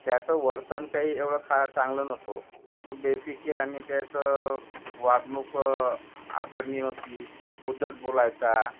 त्याचं वर्तन काही एवढं खा चांगलं नव्हतं ओ तो बेफिकीर आणि त्याचं वागणूक आ आ आदरणीय नव्हती उद्धट बोलायचा